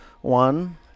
one